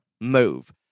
move